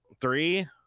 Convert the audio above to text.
three